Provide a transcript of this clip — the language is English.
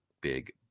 big